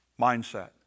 mindset